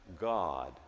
God